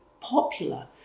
popular